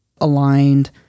aligned